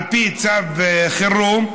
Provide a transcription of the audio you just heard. על פי צו חירום,